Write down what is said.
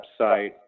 website